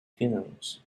funerals